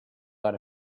got